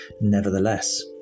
nevertheless